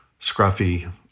scruffy